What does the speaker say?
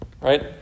Right